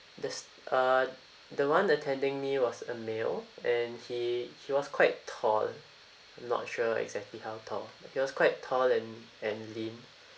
the s~ uh the one attending me was a male and he he was quite tall not sure exactly how tall he was quite tall and and lean